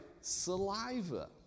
saliva